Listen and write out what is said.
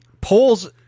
polls